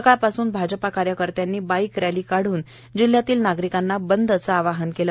सकाळपासून भाजप कार्यकर्त्यांनी bike rally काढून जिल्ह्यातल्या नागरिकांना बंदचं आवाहन केलं